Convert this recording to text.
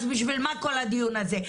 אז בשביל מה כל הדיון הזה?